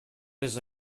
res